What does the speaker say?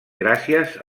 gràcies